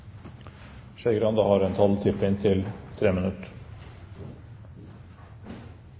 ordet, har en taletid på inntil